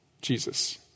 Jesus